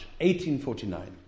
1849